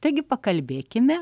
taigi pakalbėkime